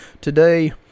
Today